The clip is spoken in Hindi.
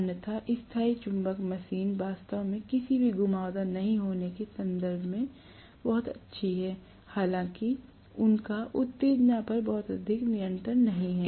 अन्यथा स्थायी चुंबक मशीन वास्तव में किसी भी घुमावदार नहीं होने के संदर्भ में वास्तव में अच्छी हैं हालांकि उनका उत्तेजना पर बहुत अधिक नियंत्रण नहीं है